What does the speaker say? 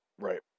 Right